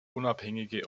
unabhängige